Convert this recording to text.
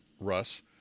russ